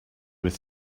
with